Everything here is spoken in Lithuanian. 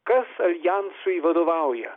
kas aljansui vadovauja